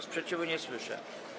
Sprzeciwu nie słyszę.